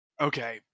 okay